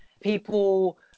People